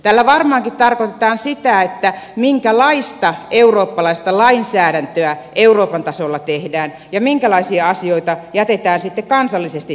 tällä varmaankin tarkoitetaan sitä minkälaista eurooppalaista lainsäädäntöä euroopan tasolla tehdään ja minkälaisia asioita jätetään sitten kansallisesti tehtäväksi